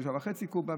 3.5 קוב,